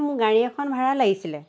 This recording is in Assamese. মোৰ গাড়ী এখন ভাড়াত লাগিছিলে